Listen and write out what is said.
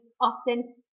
often